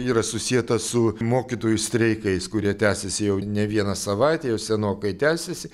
yra susieta su mokytojų streikais kurie tęsiasi jau ne vieną savaitę senokai tęsiasi